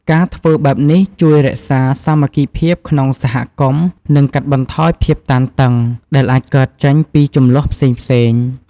ការធ្វើបែបនេះជួយរក្សាសាមគ្គីភាពក្នុងសហគមន៍ និងកាត់បន្ថយភាពតានតឹង ដែលអាចកើតចេញពីជម្លោះផ្សេងៗ។